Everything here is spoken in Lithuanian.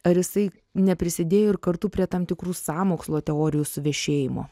ar jisai neprisidėjo ir kartu prie tam tikrų sąmokslo teorijų suvešėjimo